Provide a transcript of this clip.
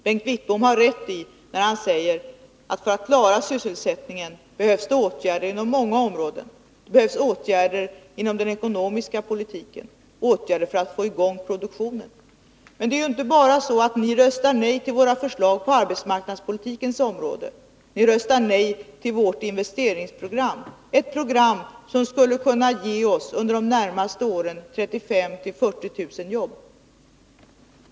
Bengt Wittbom har rätt, när han säger att det för att vi skall klara sysselsättningen behövs åtgärder på många områden — inom den ekonomiska politiken och för att få i gång produktionen. Men ni röstar nej inte bara till våra förslag på arbetsmarknadspolitikens område utan också till vårt investeringsprogram, som skulle kunna ge oss under de närmaste åren 35 000-40 000 jobb.